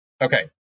Okay